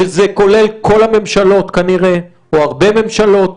וזה כולל את כל הממשלות כנראה או הרבה ממשלות